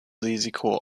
risiko